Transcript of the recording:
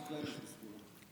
כמה חקלאים יש בסגולה?